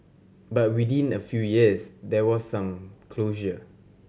but within a few years there was some closure